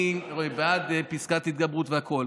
אני בעד פסקת התגברות והכול.